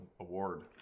award